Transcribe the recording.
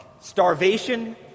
Starvation